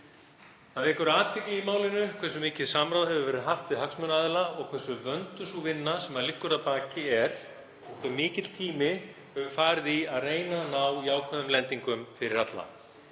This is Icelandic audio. Það vekur athygli í málinu hversu mikið samráð hefur verið haft við hagsmunaaðila og hversu vönduð sú vinna er sem liggur að baki, hve mikill tími hefur farið í að reyna að ná jákvæðri lendingu fyrir alla.